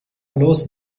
bloß